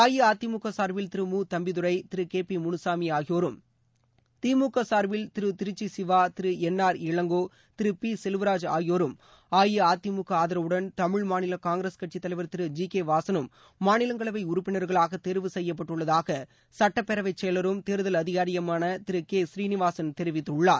அஇஅதிமுகசா்பில் திரு மு தம்பிதுரை திருகேபிமுனுசாமிஆகியோரும் திமுகசா்பில் திருதிருச்சிசிவா திருஎன் ஆர் இளங்கோ திருபிசெல்வராஜ் ஆகியோரும் அஇஅதிமுகஆதரவுடன் தமிழ்மாநிலகாங்கிரஸ் கட்சித் தலைவர் கேவாசனும் மாநிலங்களவைஉறுப்பினர்களாகதேர்வு திரு ஜி செய்யப்பட்டுள்ளதாகசட்டப்பேரவைசெயலரும் தேர்தல் அதிகாரியுமாளதிருகே ஸ்ரீநிவாசன் தெரிவித்துள்ளார்